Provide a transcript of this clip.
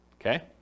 okay